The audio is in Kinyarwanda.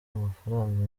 amafaranga